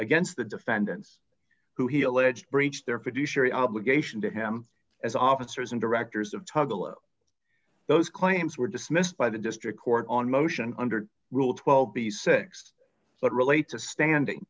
against the defendants who he alleged breached their fiduciary obligation to him as officers and directors of tugela those claims were dismissed by the district court on motion under rule twelve b sex but relates a standing